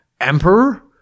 emperor